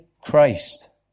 Christ